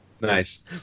Nice